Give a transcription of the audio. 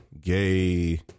gay